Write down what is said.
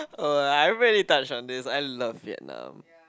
uh I've already touched on this I love Vietnam